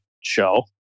show